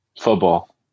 Football